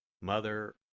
Mother